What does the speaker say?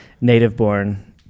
native-born